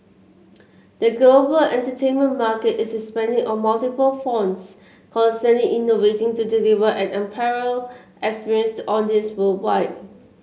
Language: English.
the global entertainment market is expanding on multiple fronts constantly innovating to deliver an unparalleled experience to audiences worldwide